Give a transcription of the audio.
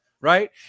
right